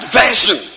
version